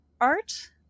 art